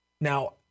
Now